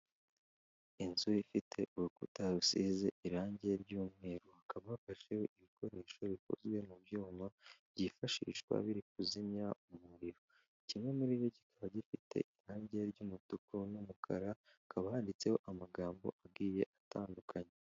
Inzu ifite urukuta rusize irangi ry'umweru, hakaba hafasheho ibikoresho bikozwe mu byuma byifashishwa biri kuzimya umuriro, kimwe muri byo kikaba gifite irangi ry'umutuku n'umukara, hakaba handitseho amagambo agiye atandukanye.